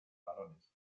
varones